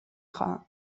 خواهم